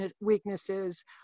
weaknesses